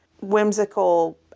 whimsical